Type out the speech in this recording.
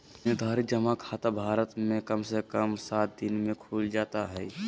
निर्धारित जमा खाता भारत मे कम से कम सात दिन मे खुल जाता हय